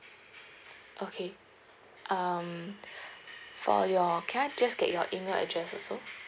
okay um for your can I just get your email address also